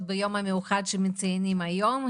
ביום המיוחד הזה שאנחנו מציינים היום,